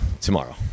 tomorrow